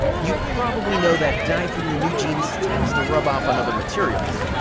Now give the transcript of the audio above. you probably know that dye from your new jeans tends to rub off on other materials,